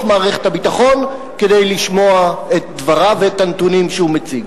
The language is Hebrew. מערכת הביטחון כדי לשמוע את דבריו ואת הנתונים שהוא מציג.